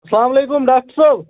السلامُ علیکُم ڈاکٹَر صٲب